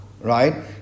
Right